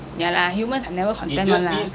ya lah humans are never content [one] lah